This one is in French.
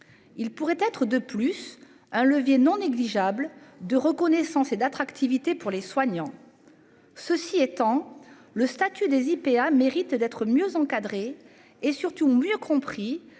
Il pourrait être de plus un levier non négligeable de reconnaissance et d'attractivité pour les soignants. Ceci étant, le statut des IPA mérite d'être mieux encadrées et surtout mieux compris